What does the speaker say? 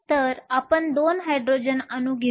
तर आपण 2 हायड्रोजन अणू घेऊ